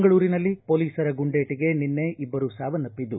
ಮಂಗಳೂರಿನಲ್ಲಿ ಹೊಲೀಸರ ಗುಂಡೇಟಿಗೆ ನಿನ್ನೆ ಇಬ್ಬರು ಸಾವನ್ನಪ್ಪಿದ್ದು